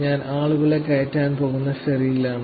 ഞാൻ ആളുകളെ കയറ്റാൻ പോകുന്ന ഫെറിയിലാണ്